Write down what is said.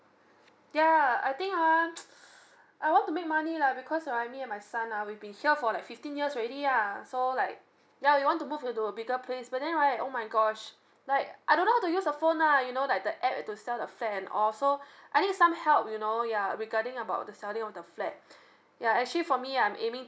yeah I think ah I want to make money lah because ah me and my son ah we've been here for like fifteen years already ah so like yeah we want to move into a bigger place but then right oh my gosh like I don't know how to use the phone ah you know like the ad to sell the flat and all so I need some help you know yeah regarding about the selling of the flat yeah actually for me I'm aiming